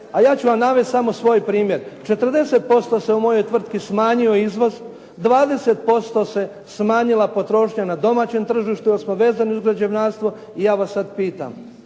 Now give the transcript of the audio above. A ja ću vam navesti samo svoj primjer. 40% se u mojoj tvrtki smanjio izvoz, 20% se smanjila potrošnja na domaćem tržištu jer smo vezani uz građevinarstvo. I ja vas sad pitam,